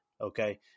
okay